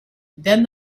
then